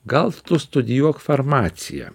gal tu studijuok farmaciją